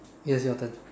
yes your turn